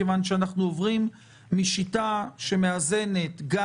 מכיוון שאנחנו עוברים משיטה שמאזנת גם